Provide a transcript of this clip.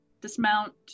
dismount